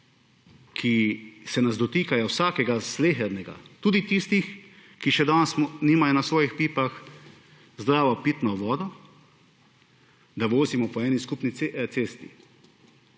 ki se nas dotikajo, vsakega, slehernega; tudi tistih, ki še danes nimajo v svojih pipah zdrave pitne vode, da vozimo po eni skupni cesti,